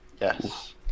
yes